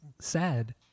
sad